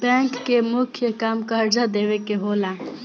bank के मुख्य काम कर्जा देवे के होला